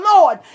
Lord